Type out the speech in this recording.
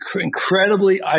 incredibly